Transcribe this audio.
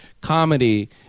comedy